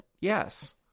yes